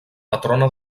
patrona